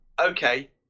Okay